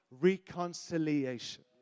reconciliation